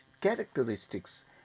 characteristics